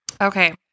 okay